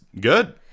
good